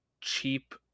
cheap